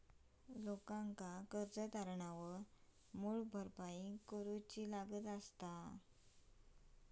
लोकांका कर्ज तारणावर मूळ भरपाई करूची लागता